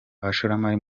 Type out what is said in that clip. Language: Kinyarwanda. abashoramari